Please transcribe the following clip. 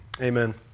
amen